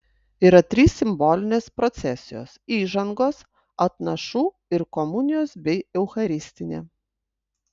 yra trys simbolinės procesijos įžangos atnašų ir komunijos bei eucharistinė